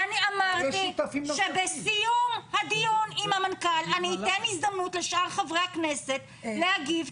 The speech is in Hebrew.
ואמרתי שבסיום הדיון עם המנכ"ל אתן הזדמנות לשאר חברי הכנסת להגיב,